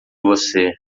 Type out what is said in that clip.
você